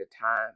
time